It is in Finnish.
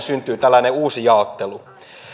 syntyy tällainen uusi jaottelu